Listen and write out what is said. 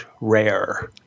Rare